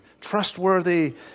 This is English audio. trustworthy